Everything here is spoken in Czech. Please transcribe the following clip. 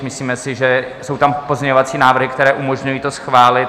Myslíme si, že jsou tam pozměňovací návrhy, které umožňují to schválit.